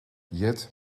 jet